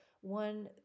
one